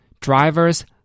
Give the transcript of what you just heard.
drivers